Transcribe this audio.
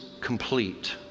complete